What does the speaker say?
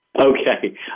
Okay